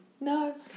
No